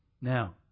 Now